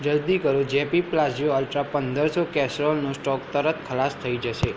જલદી કરો JP Palazzio ultra પંદરસો કેસેરોલનો સ્ટોક તરત ખલાસ થઇ જશે